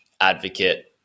advocate